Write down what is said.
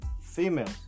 females